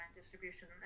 Distribution